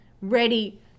ready